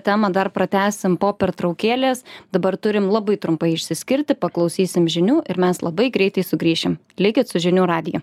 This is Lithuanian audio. temą dar pratęsim po pertraukėlės dabar turim labai trumpai išsiskirti paklausysim žinių ir mes labai greitai sugrįšim likit su žinių radiju